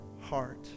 heart